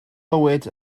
mywyd